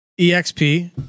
EXP